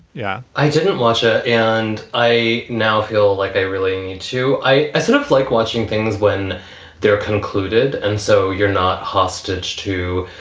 yeah i didn't watch it. and i now feel like they really need to i sort of like watching things when they're concluded and so you're not hostage to